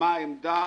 מה העמדה?